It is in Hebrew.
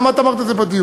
וגם את אמרת את זה בדיון.